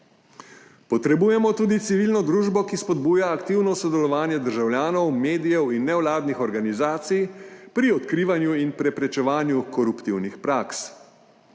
Potrebujemo tudi civilno družbo, ki spodbuja aktivno sodelovanje državljanov, medijev in nevladnih organizacij pri odkrivanju in preprečevanju koruptivnih praks